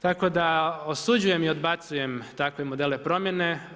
Tako da osuđujem i odbacujem takve modele promjene.